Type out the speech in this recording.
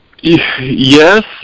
Yes